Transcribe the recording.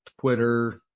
Twitter